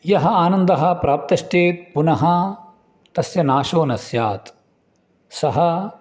यः आनन्दः प्राप्तश्चेत् पुनः तस्य नाशो न स्यात् सः